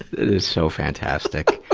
is so fantastic.